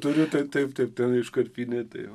turiu taip taip ten iškarpinėta jau